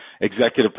executive